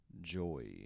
joy